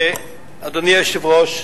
אדוני היושב-ראש,